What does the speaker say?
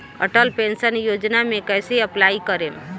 Atal pension योजना मे कैसे अप्लाई करेम?